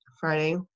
Friday